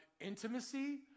intimacy